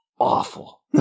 awful